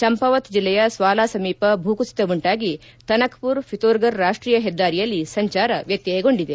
ಚಂಪಾವತ್ ಜಿಲ್ಲೆಯ ಸ್ನಾಲಾ ಸಮೀಪ ಭೂಕುಸಿತವುಂಟಾಗಿ ತನಕ್ಪುರ್ ಪಿತೋರ್ಫರ್ ರಾಷ್ಲೀಯ ಹೆದ್ದಾರಿಯಲ್ಲಿ ಸಂಚಾರ ವ್ಯತ್ತಯಗೊಂಡಿದೆ